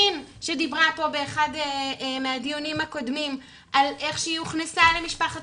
ש' שדיברה פה באחד מהדיונים הקודמים על איך שהיא הוכנסה למשפחת